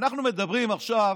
אנחנו מדברים עכשיו